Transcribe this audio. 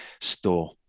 store